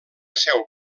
seu